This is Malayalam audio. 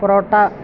പൊറോട്ട